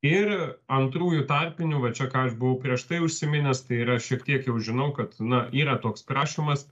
ir antrųjų tarpinių va čia ką aš buvau prieš tai užsiminęs tai yra šiek tiek jau žinau kad na yra toks prašymas